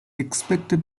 expected